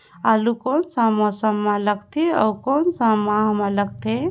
आलू कोन सा मौसम मां लगथे अउ कोन सा माह मां लगथे?